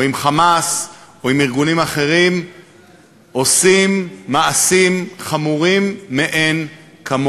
או עם ה"חמאס" או עם ארגונים אחרים עושים מעשים חמורים מאין-כמוהם.